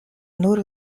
nur